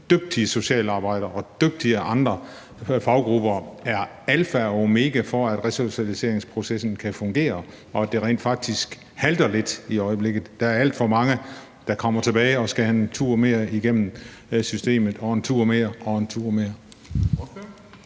dygtige socialarbejdere og andre dygtige faggrupper er alfa og omega for, at resocialiseringsprocessen kan fungere, men det halter rent faktisk lidt i øjeblikket. Der er alt for mange, der kommer tilbage og skal have en tur mere igennem systemet – og en tur mere og en tur mere.